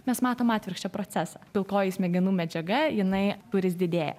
mes matom atvirkščią procesą pilkoji smegenų medžiaga jinai tūris didėja